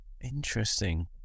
Interesting